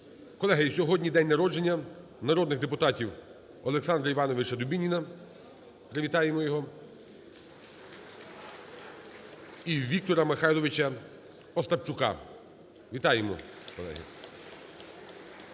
Колеги, сьогодні день народження народних депутатів Олександра Івановича Дубініна, привітаємо його, і Віктора Миколайовича Остапчука. Вітаємо, колеги!